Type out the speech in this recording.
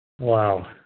Wow